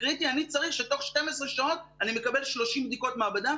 אני צריך שתוך 12 שעות אני מקבל 30 בדיקות מעבדה,